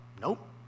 Nope